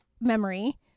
memory